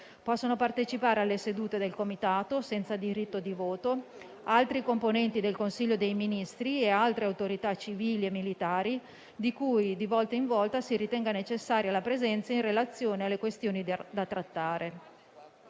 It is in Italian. Possono partecipare alle sedute del Comitato, senza diritto di voto, altri componenti del Consiglio dei ministri e altre autorità civili e militari, di cui di volta in volta si ritenga necessaria la presenza in relazione alle questioni da trattare.